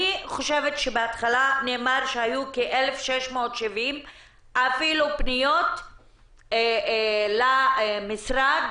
בהתחלה נאמר שהיו כ-1,670 פניות למשרד,